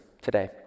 today